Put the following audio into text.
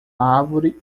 árvore